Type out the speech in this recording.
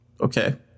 Okay